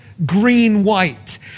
green-white